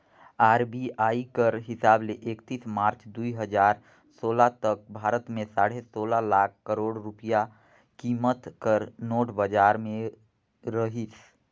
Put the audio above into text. RBI कर हिसाब ले एकतीस मार्च दुई हजार सोला तक भारत में साढ़े सोला लाख करोड़ रूपिया कीमत कर नोट बजार में रहिस